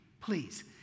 Please